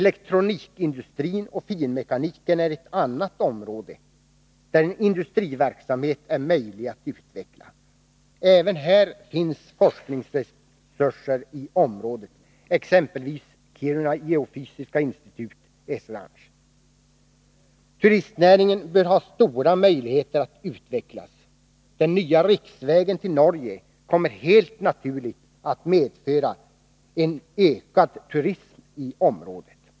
Elektronikindustrin och finmekaniken är ett annat område, där en industriverksamhet är möjlig att utveckla. Även här finns forskningsresurser i området, exempelvis Kiruna Geofysiska Institut och Esrange. Turistnäringen bör ha stora möjligheter att utvecklas. Den nya riksvägen till Norge kommer helt naturligt att medföra en ökad turism i området.